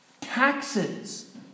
Taxes